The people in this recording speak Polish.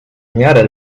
miarę